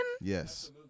Yes